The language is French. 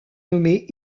nommée